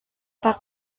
pak